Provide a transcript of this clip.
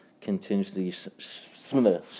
continuously